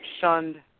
shunned